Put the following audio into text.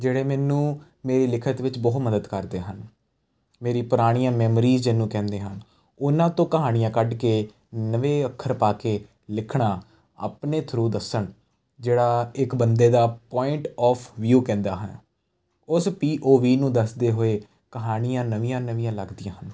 ਜਿਹੜੇ ਮੈਨੂੰ ਮੇਰੀ ਲਿਖਤ ਵਿੱਚ ਬਹੁਤ ਮਦਦ ਕਰਦੇ ਹਨ ਮੇਰੀ ਪੁਰਾਣੀਆਂ ਮੈਮਰੀ ਜਿਹਨੂੰ ਕਹਿੰਦੇ ਹਨ ਉਹਨਾਂ ਤੋਂ ਕਹਾਣੀਆਂ ਕੱਢ ਕੇ ਨਵੇਂ ਅੱਖਰ ਪਾ ਕੇ ਲਿਖਣਾ ਆਪਣੇ ਥਰੂ ਦੱਸਣ ਜਿਹੜਾ ਇੱਕ ਬੰਦੇ ਦਾ ਪੁਆਇੰਟ ਆਫ ਵਿਊ ਕਹਿੰਦਾ ਹੈ ਉਸ ਪੀ ਓ ਵੀ ਨੂੰ ਦੱਸਦੇ ਹੋਏ ਕਹਾਣੀਆਂ ਨਵੀਆਂ ਨਵੀਆਂ ਲੱਗਦੀਆਂ ਹਨ